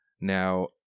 Now